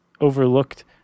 overlooked